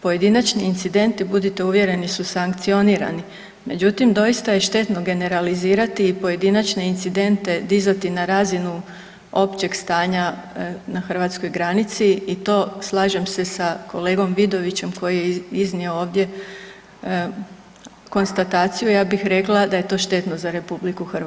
Pojedinačni incidentni budite uvjereni su sankcionirani, međutim doista je štetno generalizirati i pojedinačne incidente, dizati na razinu općeg stanja na hrvatskoj granici i to slažem se sa kolegom Vidovićem koji je iznio ovdje konstataciju ja bih rekla da je je to štetno za RH.